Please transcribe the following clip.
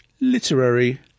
literary